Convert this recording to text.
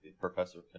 professor